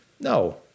No